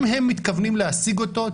אם הם מתכוונים להשיג אותו,